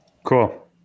Cool